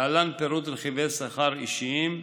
להלן פירוט רכיבי שכר אישיים,